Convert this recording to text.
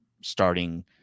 starting